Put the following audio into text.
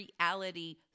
reality